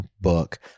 book